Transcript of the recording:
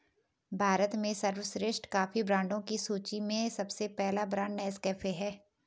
भारत में सर्वश्रेष्ठ कॉफी ब्रांडों की सूची में सबसे पहला ब्रांड नेस्कैफे है